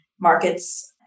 markets